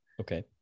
okay